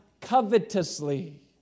covetously